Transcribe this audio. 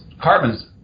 carbon's